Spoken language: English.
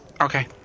Okay